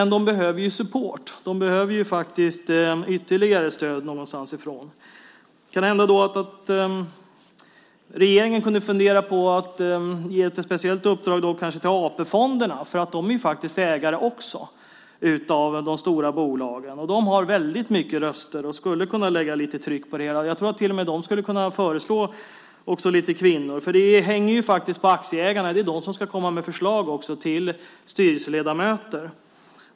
Men de behöver support. De behöver ytterligare stöd någonstans ifrån. Kanhända kan regeringen fundera på att ge ett speciellt uppdrag till AP-fonderna, för de är faktiskt också ägare av de stora bolagen. De har väldigt många röster och skulle kunna lägga lite tryck på det. Jag tror att till och med de skulle kunna föreslå kvinnor. Det hänger på aktieägarna; det är också de som ska komma med förslag till styrelseledamöter.